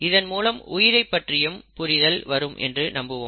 இதன் மூலம் உயிரைப் பற்றியும் புரிதல் வரும் என்று நம்புவோம்